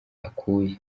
akuya